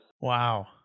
Wow